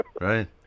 right